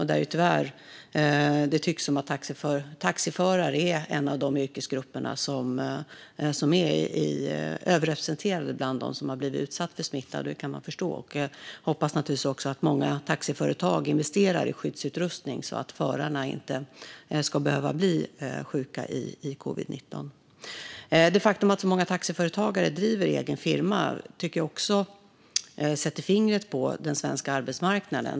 Det tycks tyvärr som att taxiförare är en av de yrkesgrupper som är överrepresenterade bland dem som blivit utsatta för smitta. Detta kan man förstå. Jag hoppas naturligtvis att många taxiföretag investerar i skyddsutrustning så att förarna inte ska behöva bli sjuka i covid-19. Det faktum att så många taxiföretagare driver egen firma sätter fingret på den svenska arbetsmarknaden.